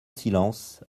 silence